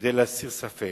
כדי להסיר ספק.